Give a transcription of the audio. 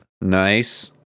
Nice